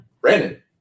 Brandon